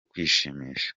kwishimisha